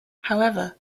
however